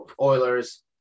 Oilers